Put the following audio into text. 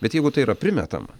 bet jeigu tai yra primetama